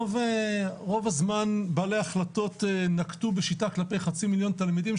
רוב הזמן בעלי ההחלטות נקטו בשיטה כלפי חצי מיליון תלמידים,